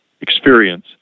experience